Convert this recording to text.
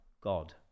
God